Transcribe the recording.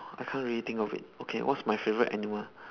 I can't really think of it okay what's my favorite animal